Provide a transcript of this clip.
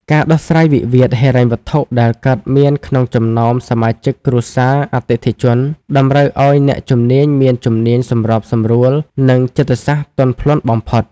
ការដោះស្រាយវិវាទហិរញ្ញវត្ថុដែលកើតមានក្នុងចំណោមសមាជិកគ្រួសារអតិថិជន តម្រូវឱ្យអ្នកជំនាញមានជំនាញសម្របសម្រួល និងចិត្តសាស្ត្រទន់ភ្លន់បំផុត។